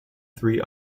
three